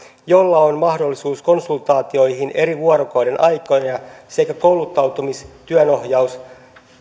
jolla on mahdollisuus konsultaatioihin eri vuorokaudenaikoina sekä kouluttautumis työnohjaus